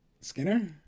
Skinner